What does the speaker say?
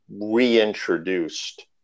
reintroduced